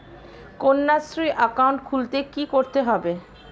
Kanyashree account খুলতে কী করতে হবে?